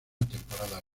temporada